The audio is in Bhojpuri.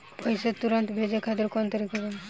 पैसे तुरंत भेजे खातिर कौन तरीका बा?